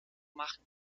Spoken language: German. machen